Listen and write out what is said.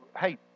hey